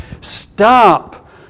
Stop